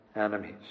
enemies